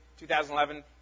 2011